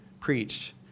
preached